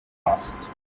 cast